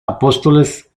apóstoles